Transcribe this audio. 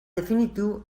definitiu